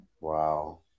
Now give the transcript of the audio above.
Wow